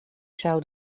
zou